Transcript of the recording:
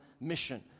mission